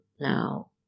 now